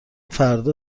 فردا